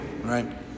Right